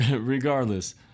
regardless